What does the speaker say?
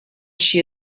she